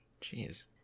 Jeez